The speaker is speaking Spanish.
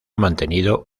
mantenido